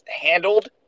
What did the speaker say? handled